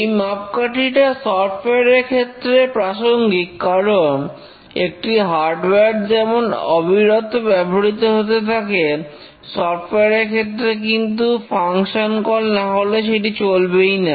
এই মাপকাঠিটা সফটওয়্যার এর ক্ষেত্রে প্রাসঙ্গিক কারন একটি হার্ডওয়ার যেমন অবিরত ব্যবহৃত হতে থাকে সফটওয়্যার এর ক্ষেত্রে কিন্তু ফাংশন কল নাহলে সেটি চলবেই না